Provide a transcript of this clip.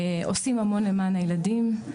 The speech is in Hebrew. עושים המון למען הילדים.